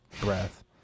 breath